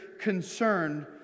concerned